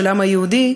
של העם היהודי,